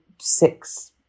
six